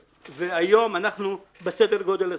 היום אנחנו בסדר גודל הזה.